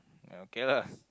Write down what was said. oh okay lah